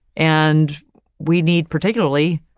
and we need particularly,